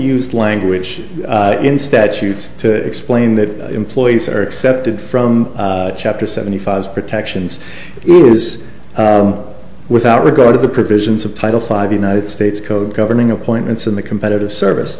used language in statutes to explain that employees are accepted from chapter seventy five protections is were regarded the provisions of title five united states code governing appointments in the competitive service